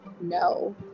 No